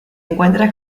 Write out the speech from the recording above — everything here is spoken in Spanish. encuentra